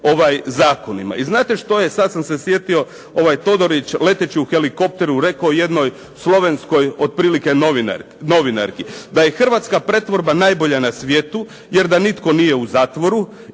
I znate što je, sad sam se sjetio, ovaj Todorić leteći u helikopteru rekao jednoj slovenskoj otprilike novinarki. Da je hrvatska pretvorba najbolja na svijetu jer da nitko nije u zatvoru